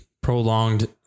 prolonged